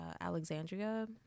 Alexandria